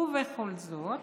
ובכל זאת,